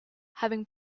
having